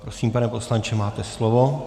Prosím, pane poslanče, máte slovo.